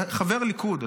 אתה חבר ליכוד,